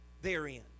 Therein